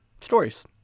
stories